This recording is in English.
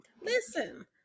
Listen